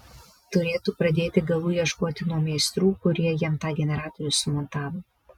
turėtų pradėti galų ieškoti nuo meistrų kurie jam tą generatorių sumontavo